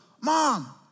Mom